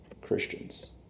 Christians